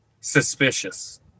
suspicious